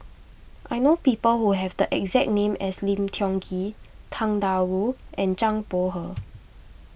I know people who have the exact name as Lim Tiong Ghee Tang Da Wu and Zhang Bohe